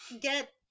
get